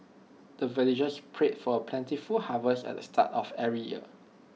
the villagers pray for plentiful harvest at the start of every year